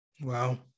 Wow